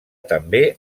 també